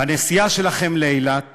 בנסיעה שלכם לאילת